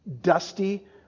dusty